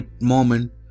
moment